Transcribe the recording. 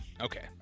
Okay